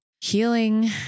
healing